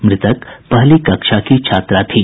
मृतक पहली कक्षा की छात्रा थी